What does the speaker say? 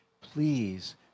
please